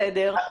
בסדר,